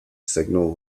signal